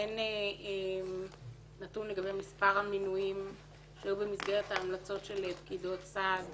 הן נתון לגבי מספר המינויים שהיו במסגרת ההמלצות של פקידות סעד